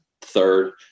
Third